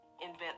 invent